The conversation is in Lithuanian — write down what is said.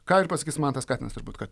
ką ir pasakys mantas katinas turbūt kad